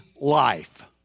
life